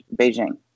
Beijing